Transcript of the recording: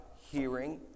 hearing